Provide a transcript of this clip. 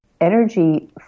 energy